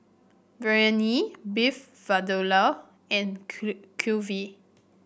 Biryani Beef Vindaloo and clue Kulfi